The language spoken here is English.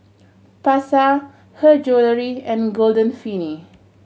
Pasar Her Jewellery and Golden Peony